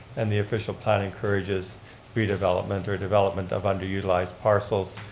and the official plan encourages redevelopment, or development of underutilized parcels.